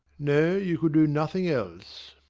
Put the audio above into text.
no, you could do nothing else.